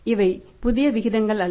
இவை புதிய விகிதங்கள் அல்ல